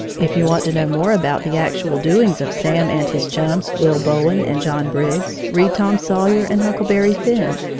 if you want to know more about the actual doings of sam and his chums, will bowen and john briggs, read tom sawyer and huckleberry finn,